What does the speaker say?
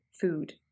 food